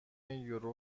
یورو